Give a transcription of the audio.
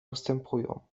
ustępują